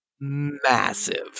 Massive